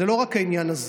זה לא רק העניין הזה.